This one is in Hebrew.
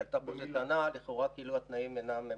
כי עלתה פה טענה שלכאורה התנאים אינם מעודכנים.